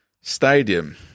stadium